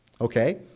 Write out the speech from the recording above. Okay